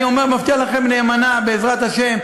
אני מבטיח לכם נאמנה, בעזרת השם,